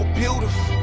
beautiful